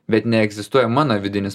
bet neegzistuoja mano vidinis